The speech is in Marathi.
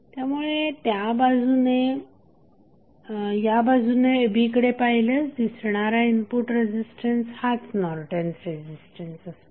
त्यामुळे या बाजूने a b कडे पाहिल्यास दिसणारा इनपुट रेझिस्टन्स हाच नॉर्टन्स रेझिस्टन्स असतो